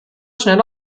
schnell